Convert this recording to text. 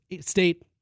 State